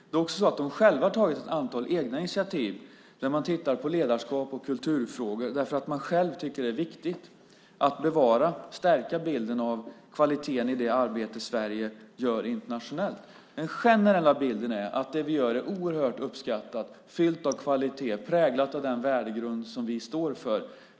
De tar också själva ett antal egna initiativ, där man tittar på ledarskap och kulturfrågor, därför att man själv tycker att det är viktigt att bevara och stärka bilden av kvaliteten i det arbete Sverige gör internationellt. Den generella bilden är att det vi gör är oerhört uppskattat, fyllt av kvalitet och präglat av den värdegrund som vi står för.